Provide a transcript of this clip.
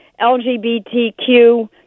LGBTQ